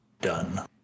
done